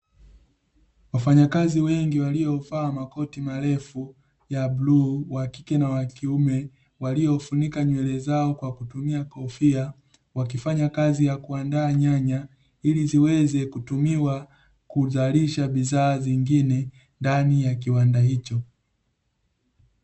Wafanyakazi wengi waliovaa makoti marefu ya bluu, wakike na wakiume, waliofunika nywele zao kwa kutumia kofia, wakifanya kazi ya kuandaa nyanya ili ziweze kutumiwa kuzalisha bidhaa nyingine ndani ya kiwanda hicho.